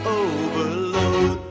overload